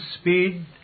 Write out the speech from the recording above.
speed